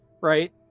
Right